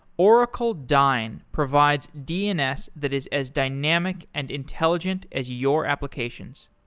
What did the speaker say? oracle dyn provides dns that is as dynamic and intelligent as your applications.